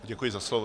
Děkuji za slovo.